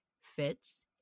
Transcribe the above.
Fitz